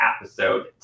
episode